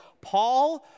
Paul